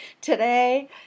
today